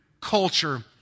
culture